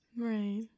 Right